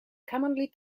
commonly